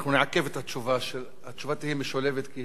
התשובה תהיה משולבת, כי שני הנושאים דומים.